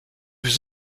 was